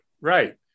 Right